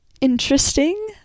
interesting